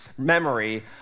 memory